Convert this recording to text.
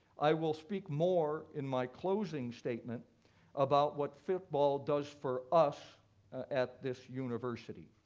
i will speak more in my closing statement about what football does for us at this university.